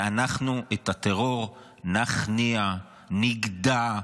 ואנחנו את הטרור נכניע, נגדע,